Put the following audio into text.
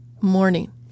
morning